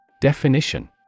Definition